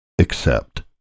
accept